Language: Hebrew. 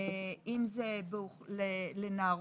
אם זה לנערות,